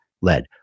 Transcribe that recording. led